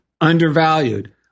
undervalued